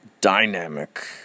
dynamic